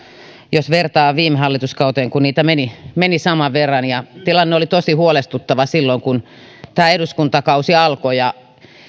jos vertaa viime hallituskauteen kun niitä meni meni saman verran tilanne oli tosi huolestuttava silloin kun tämä eduskuntakausi alkoi ja